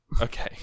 Okay